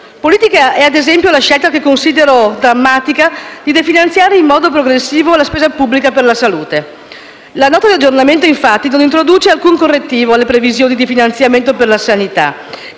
Politica è, ad esempio, la scelta, che considero drammatica, di definanziare in modo progressivo la spesa pubblica per la salute. La Nota di aggiornamento, infatti, non introduce alcun correttivo alle previsioni di finanziamento per la sanità,